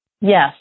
Yes